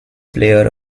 player